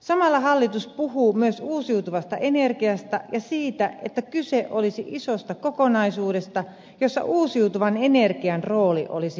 samalla hallitus puhuu myös uusiutuvasta energiasta ja siitä että kyse olisi isosta kokonaisuudesta jossa uusiutuvan energian rooli olisi merkittävä